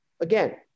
again